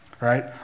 right